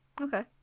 Okay